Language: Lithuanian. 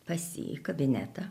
pas jį į kabinetą